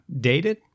dated